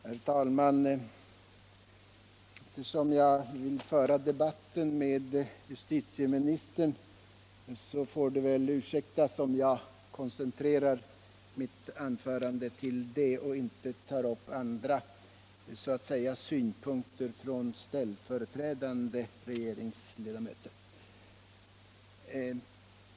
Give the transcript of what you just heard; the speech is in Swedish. Herr talman! Eftersom jag vill föra debatten med justitieministern får... Om amnesti för det väl ursäktas mig om jag koncentrerar mitt anförande till hans svar vapenvägrare, och inte tar upp synpunkter från andra så att säga ställföreträdande re = m.m. geringsledamöter.